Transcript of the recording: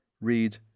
Read